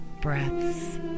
breaths